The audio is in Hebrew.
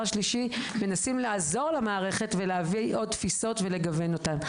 השלישי מנסים לעזור למערכת ולהביא עוד תפיסות ולגוון אותם.